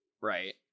Right